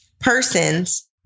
persons